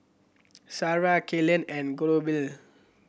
Sarrah Kaylen and Goebel